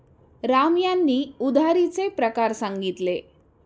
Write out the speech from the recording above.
राम यांनी उधारीचे प्रकार सांगितले